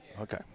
Okay